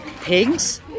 pigs